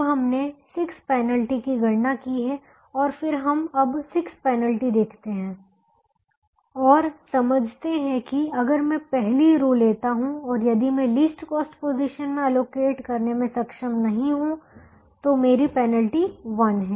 अब हमने 6 पेनल्टी की गणना की है और फिर हम अब 6 पेनल्टी देखते हैं और समझते हैं कि अगर मैं पहली रो लेता हूं और यदि मैं लीस्ट कॉस्ट पोजीशन मे एलोकेट करने में सक्षम नहीं हूं तो मेरी पेनल्टी 1 है